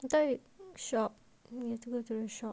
the toy shop you have to go to the shop